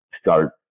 start